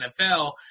NFL